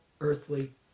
earthly